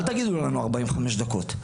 אל תגידו לנו 45 דקות.